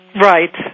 Right